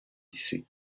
lycée